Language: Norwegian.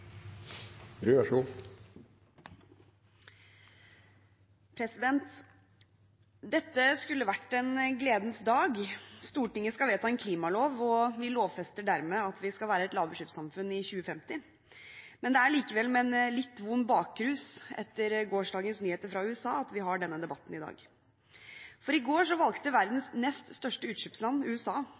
Dette skulle vært en gledens dag. Stortinget skal vedta en klimalov, og vi lovfester dermed at vi skal være et lavutslippssamfunn i 2050. Men det er likevel med en litt vond bakrus etter gårsdagens nyheter fra USA at vi har denne debatten i dag. I går valgte verdens nest største utslippsland, USA,